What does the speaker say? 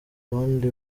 bundi